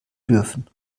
dürfen